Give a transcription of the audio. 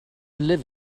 live